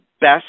best